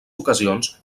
ocasions